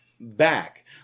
Back